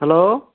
hello